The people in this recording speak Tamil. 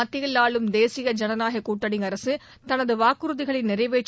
மத்தியில் ஆளும் தேசிய ஜனநாயக கூட்டணி அரசு தனது வாக்குறுதிகளை நிறைவேற்ற